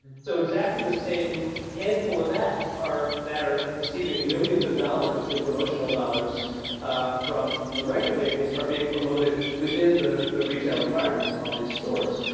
so exactly the same handful of acts that are receiving millions of dollars in promotional dollars from the record labels are being promoted within the the retail environments in all these stores.